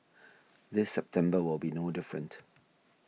this September will be no different